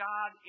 God